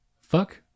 Fuck